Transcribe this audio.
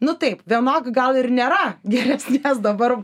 nu taip vienok gal ir nėra geresnės dabar